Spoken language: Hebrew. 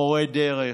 מורי דרך,